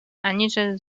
aniżeli